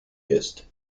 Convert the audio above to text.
east